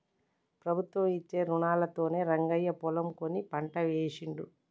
ప్రభుత్వం ఇచ్చే రుణాలతోనే రంగయ్య పొలం కొని పంట వేశిండు